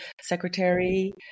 secretary